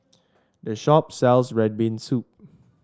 this shop sells red bean soup